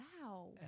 Wow